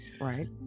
Right